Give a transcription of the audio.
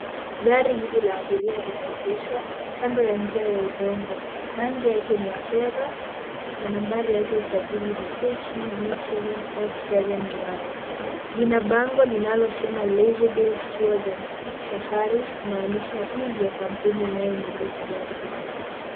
Gari hili la abiria limeegeshwa kando ya njia ya udongo. Rangi yake ni ya fedha na nambari yake ya usajili ni kcv 707y. Lina bango linalosema leisuredeals tours and safaris, kumaanisha hii ndiyo kampuni inayomiliki gari hili.